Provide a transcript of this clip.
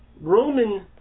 Roman